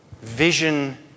vision